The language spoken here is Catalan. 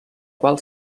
qual